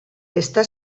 està